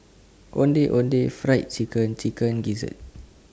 Ondeh Ondeh Fried Chicken and Chicken Gizzard